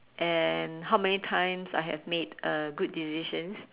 and how many times I have made uh good decisions